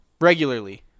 regularly